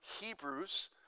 Hebrews